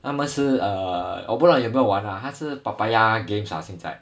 他们是 err 我不你有没有玩啊他是 papaya game shark 现在